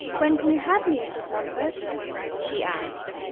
when can you have me, mrs. mumford she asked.